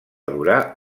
durar